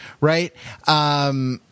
Right